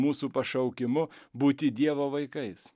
mūsų pašaukimu būti dievo vaikais